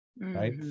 right